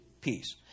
peace